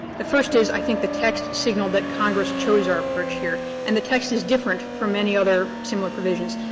the first is i think the text signal that congress chose our approach here. and the text is different from any other similar provisions.